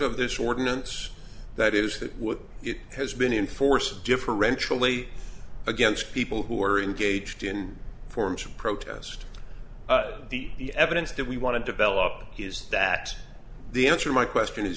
of this ordinance that is that what it has been in force differentially against people who are engaged in forms of protest the evidence that we want to develop is that the answer my question is